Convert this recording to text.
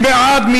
מי בעד?